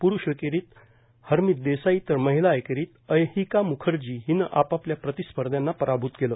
पुरूष एकेरीत हर्मित देसाई तर महिला एकेरीत अयहिका मुखर्जी हिनं आपापल्या प्रतिस्पर्ध्यांना पराभूत केलं